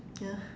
ya